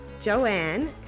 Joanne